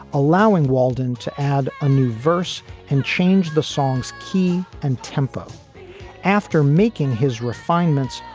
allowing walden to add a new verse and change the song's key and tempo after making his refinements,